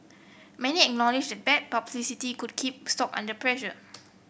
many acknowledge that bad publicity could keep stock under pressure